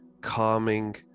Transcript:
calming